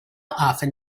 often